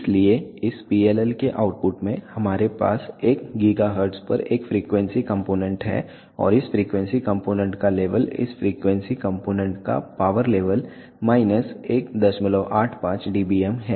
इसलिए इस PLL के आउटपुट में हमारे पास एक GHz पर एक फ्रीक्वेंसी कंपोनेंट है और इस फ्रीक्वेंसी कंपोनेंट का लेवल या इस फ्रीक्वेंसी कंपोनेंट का पावर लेवल माइनस 185 dBm है